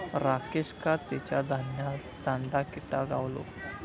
राकेशका तेच्या धान्यात सांडा किटा गावलो